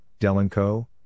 Delanco